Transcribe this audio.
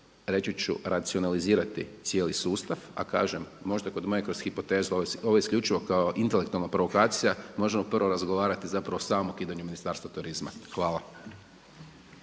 reći ću racionalizirati cijeli sustav. A kažem, možda kroz moju hipotezu, ovo je isključivo kao intelektualna provokacija, možemo prvo razgovarati zapravo samo o ukidanju Ministarstva turizma. Hvala.